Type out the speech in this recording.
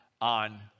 on